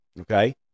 okay